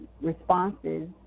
responses